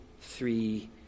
three